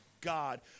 God